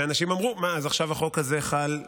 ואנשים אמרו: מה, עכשיו החוק הזה חל עלינו?